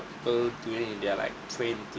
people to in in their like train to